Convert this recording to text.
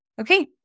Okay